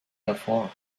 hervor